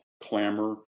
clamor